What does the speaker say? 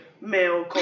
male